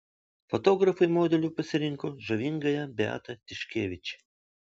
fotografai modeliu pasirinko žavingąją beatą tiškevič